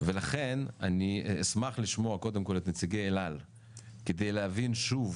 לכן אני אשמח לשמוע קודם כל את נציגי אל על כדי להבין שוב,